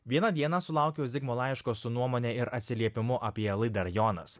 vieną dieną sulaukiau zigmo laiško su nuomone ir atsiliepimu apie laidą rajonas